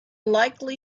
likely